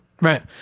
Right